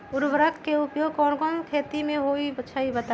उर्वरक के उपयोग कौन कौन खेती मे होई छई बताई?